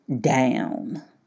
down